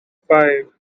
five